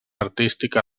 artística